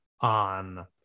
on